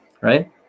right